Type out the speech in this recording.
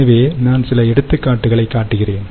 எனவே நான் சில எடுத்துக்காட்டுகளைக் காட்டுகிறேன்